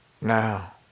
now